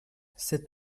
cet